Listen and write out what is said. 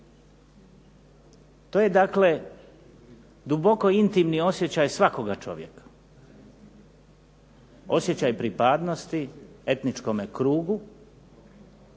To je dakle duboko intimni osjećaj svakoga čovjeka, osjećaj pripadnosti etničkom krugu